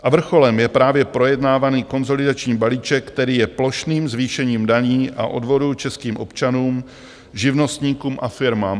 A vrcholem je právě projednávaný konsolidační balíček, který je plošným zvýšením daní a odvodů českým občanům, živnostníkům a firmám.